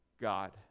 God